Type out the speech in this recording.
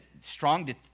strong